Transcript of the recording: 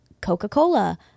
Coca-Cola